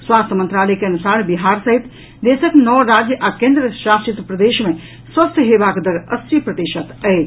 स्वास्थ्य मंत्रालय के अनुसार बिहार सहित देशक नओ राज्य आ केन्द्र शासित प्रदेश मे स्वस्थ हेबाक दर अस्सी प्रतिशत अछि